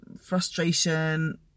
frustration